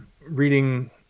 reading